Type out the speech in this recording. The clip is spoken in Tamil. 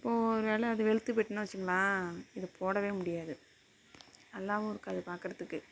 இப்போது ஒருவேளை அது வெளுத்து போயிட்டுனால் வச்சிகோங்களேன் இதை போடவே முடியாது நல்லாவும் இருக்காது பார்க்குறத்துக்கு